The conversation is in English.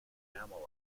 enamel